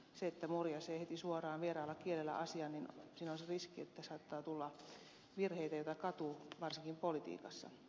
siinä että murjaisee heti suoraan vieraalla kielellä asian on se riski että saattaa tulla virheitä joita katuu varsinkin politiikassa